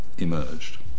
Emerged